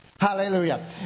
Hallelujah